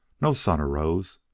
no sun arose.